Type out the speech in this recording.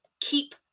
Keep